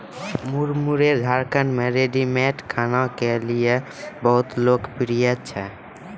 मुरमुरे झारखंड मे रेडीमेड खाना के लेली बहुत लोकप्रिय छै